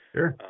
Sure